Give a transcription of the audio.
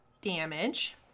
damage